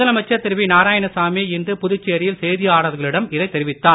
முதலமைச்சர் திரு நாராயணசாமி இன்று புதுச்சேரியில் செய்தியாளர்களிடம் இதை தெரிவித்தார்